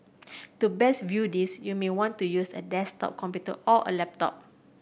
to best view this you may want to use a desktop computer or a laptop